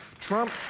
Trump